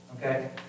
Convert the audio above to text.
Okay